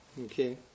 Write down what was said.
Okay